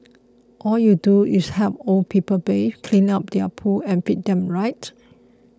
all you do is help old people bathe clean up their poo and feed them right